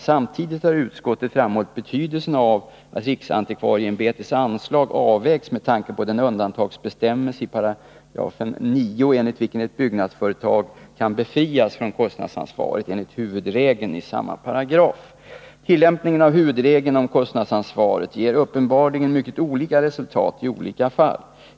Samtidigt har utskottet framhållit betydelsen av att riksantikvarieämbetets anslag avvägs med tanke på den undantagsbestämmelse i 9 § enligt vilken ett byggnadsföretag kan befrias från kostnadsansvaret enligt huvudregeln i samma paragraf. Tillämpningen av huvudregeln om kostnadsansvaret ger uppenbarligen mycket olika resultat i olika fall.